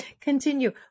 continue